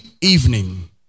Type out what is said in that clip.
evening